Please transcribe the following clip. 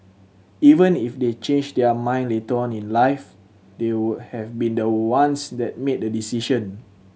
even if they change their mind later on in life they would have been the ones that made the decision